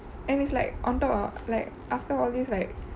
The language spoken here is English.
and it's like on top of like after all these like